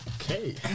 Okay